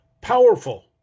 powerful